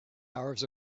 hours